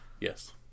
Yes